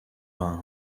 vingt